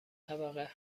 طبقه